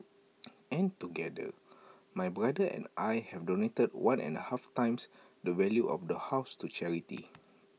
and together my brother and I have donated one and A half times the value of the house to charity